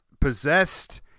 possessed